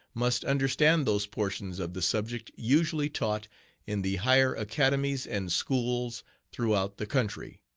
must understand those portions of the subject usually taught in the higher academies and schools throughout the country,